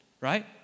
Right